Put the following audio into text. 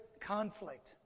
conflict